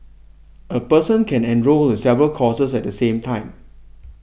a person can enrol in several courses at the same time